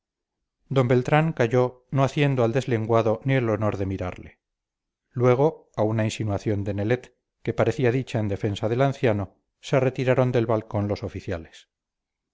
don beltrán calló no haciendo al deslenguado ni el honor de mirarle luego a una insinuación de nelet que parecía dicha en defensa del anciano se retiraron del balcón los oficiales